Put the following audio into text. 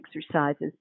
exercises